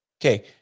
Okay